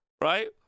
right